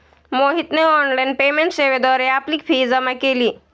मोहितने online payment सेवेद्वारे आपली फी जमा केली